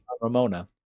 ramona